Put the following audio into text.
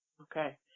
Okay